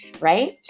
Right